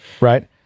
right